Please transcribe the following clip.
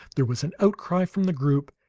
there was an outcry from the group,